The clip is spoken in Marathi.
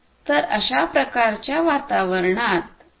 तर अशा प्रकारच्या वातावरणात 802